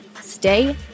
stay